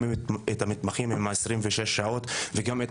וגם את המתמחים עם 26 השעות וגם את